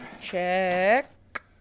Check